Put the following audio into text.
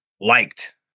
liked